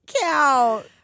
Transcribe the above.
count